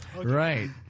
right